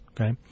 okay